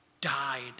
died